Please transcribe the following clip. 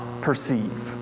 perceive